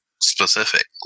specific